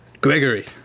Gregory